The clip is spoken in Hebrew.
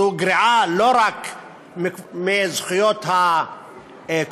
זו גריעה לא רק מהזכויות הקולקטיביות,